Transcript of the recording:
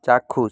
চাক্ষুষ